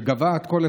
שגבה עד כה,